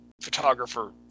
photographer